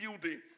building